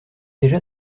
déjà